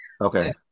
Okay